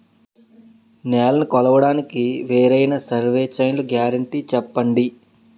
నేలనీ కొలవడానికి వేరైన సర్వే చైన్లు గ్యారంటీ చెప్పండి?